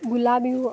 ಗುಲಾಬಿ ಹೂ